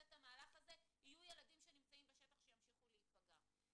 את המהלך הזה יהיו ילדים שנמצאים בשטח שימשיכו להיפגע.